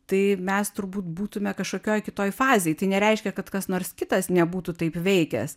tai mes turbūt būtume kažkokioj kitoj fazėj tai nereiškia kad kas nors kitas nebūtų taip veikęs